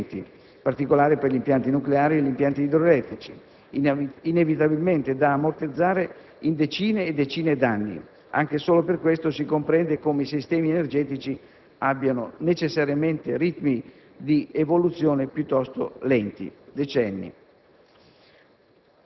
gli impianti necessari per tale produzione richiedono in generale imponenti investimenti (in particolare per gli impianti nucleari e per quelli idroelettrici), inevitabilmente da ammortizzare in decine e decine d'anni. Anche solo per questo si comprende come i sistemi energetici abbiano necessariamente ritmi